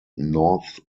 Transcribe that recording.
north